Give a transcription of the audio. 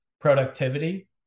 productivity